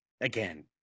Again